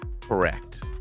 Correct